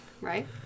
Right